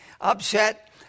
upset